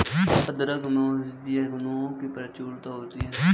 अदरक में औषधीय गुणों की प्रचुरता होती है